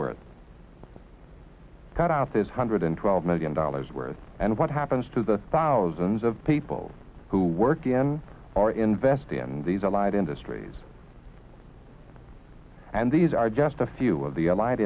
worth of cut out this hundred twelve million dollars worth and what happens to the thousands of people who work in or invest in these allied industries and these are just a few of the a